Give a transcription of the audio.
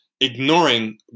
ignoring